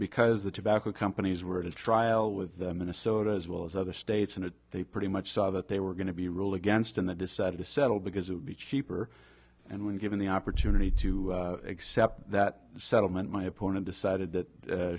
because the tobacco companies were at a trial with minnesota as well as other states and they pretty much saw that they were going to be ruled against and they decided to settle because it would be cheaper and when given the opportunity to accept that settlement my opponent decided that